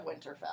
Winterfell